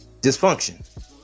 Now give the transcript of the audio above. Dysfunction